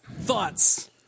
Thoughts